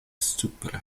supre